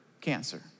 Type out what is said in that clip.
cancer